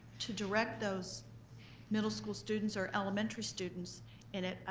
to direct those middle school students or elementary students in it.